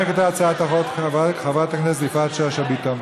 תנמק את הצעת החוק חברת הכנסת יפעת שאשא ביטון,